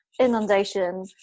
inundation